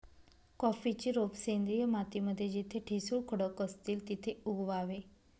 कॉफीची रोप सेंद्रिय माती मध्ये जिथे ठिसूळ खडक असतील तिथे उगवावे